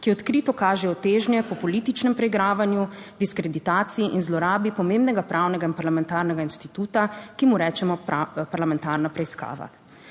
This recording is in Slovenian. ki odkrito kažejo težnje po političnem preigravanju, diskreditaciji in zlorabi pomembnega pravnega in parlamentarnega instituta, ki mu rečemo parlamentarna preiskava.